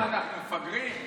מה הצביעות הזאת?